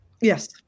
Yes